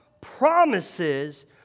promises